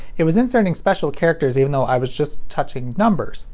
it was inserting special characters even though i was just touching numbers.